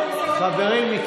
חברים,